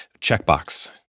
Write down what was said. checkbox